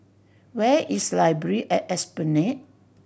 where is Library at Esplanade